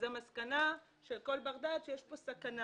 אז המסקנה של כל בר-דעת היא שיש פה סכנה.